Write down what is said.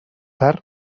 tard